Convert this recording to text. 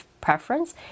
preference